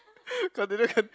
continue continue